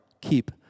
keep